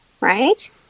right